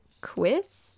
quiz